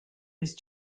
was